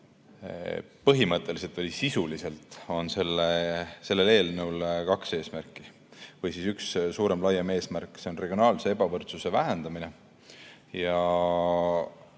põhimõtteliselt või sisuliselt on sellel eelnõul kaks eesmärki. Üks suurem-laiem eesmärk on regionaalse ebavõrdsuse vähendamine.